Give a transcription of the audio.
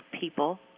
people